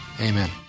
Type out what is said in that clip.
Amen